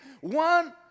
one